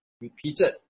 repeated